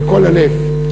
מכל הלב,